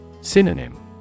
Synonym